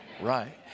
Right